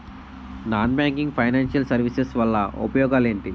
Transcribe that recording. Non banking financial services వల్ల ఉపయోగాలు ఎంటి?